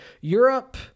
Europe